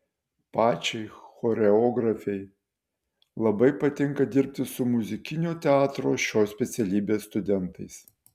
pačiai choreografei labai patinka dirbti su muzikinio teatro šios specialybės studentais